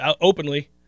openly